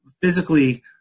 physically